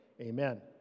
amen